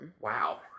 Wow